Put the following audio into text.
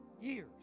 years